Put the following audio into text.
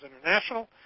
International